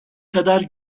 kadar